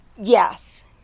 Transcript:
Yes